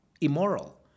immoral